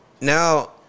now